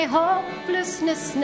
hopelessness